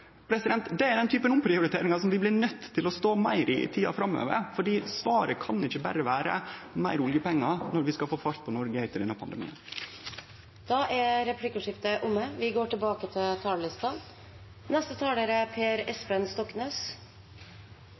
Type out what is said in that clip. Det er ein type omprioritering som vi blir nøydde til å stå meir i tida framover, for svaret kan ikkje berre vere meir oljepengar når vi skal få fart på Noreg etter pandemien. Replikkordskiftet er omme. Jeg kan ikke se for meg en sterkere symbolsk støtte til